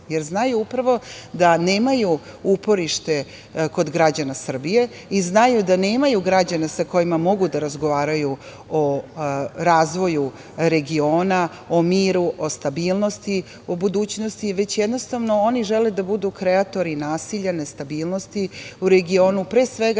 jer znaju upravo da nemaju uporište kod građana Srbije i znaju da nemaju građane sa kojima mogu da razgovaraju o razvoju regiona, o miru, o stabilnosti, o budućnosti, već jednostavno oni žele da budu kreatori nasilja, nestabilnosti u regionu, pre svega